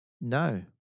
No